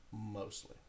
mostly